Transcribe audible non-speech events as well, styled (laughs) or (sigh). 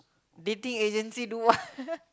dating agency do what (laughs)